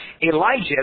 Elijah